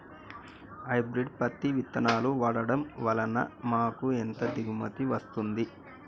Hybrid పత్తి విత్తనాలు వాడడం వలన మాకు ఎంత దిగుమతి వస్తుంది?